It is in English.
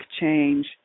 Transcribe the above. change